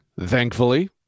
thankfully